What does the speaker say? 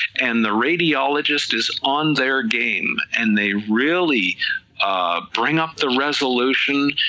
and the radiologist is on their game, and they really bring up the resolution,